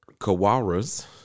Kawaras